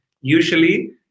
usually